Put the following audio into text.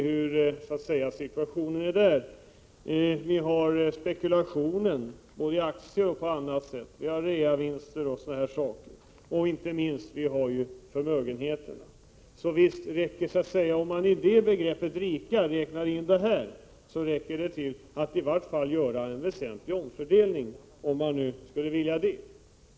Vidare handlar det om spekulationen i aktier m.m., reavinster etc. och inte minst förmögenheter. Om man i begreppet rika innefattar även detta, skulle det räcka till för att i vart fall göra en väsentlig omfördelning, om man nu skulle vilja det.